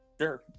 Sure